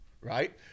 right